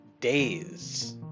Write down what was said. Days